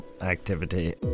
activity